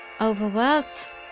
overworked